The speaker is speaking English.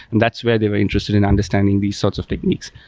and that's where they were interested in understanding these sorts of techniques.